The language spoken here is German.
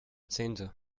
zehnte